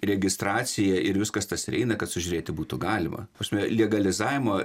registracija ir viskas tas ir eina kad sužiūrėti būtų galima ta prasme legalizavimo